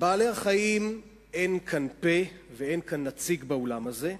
לבעלי-החיים אין כאן פה ואין כאן נציג באולם הזה,